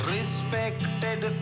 Respected